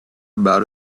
about